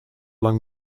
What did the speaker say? lang